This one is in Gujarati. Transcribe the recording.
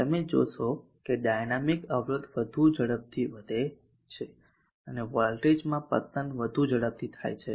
તમે જોશો કે ડાયનામિક અવરોધ વધુ ઝડપથી વધે છે અને વોલ્ટેજમાં પતન વધુ ઝડપથી થાય છે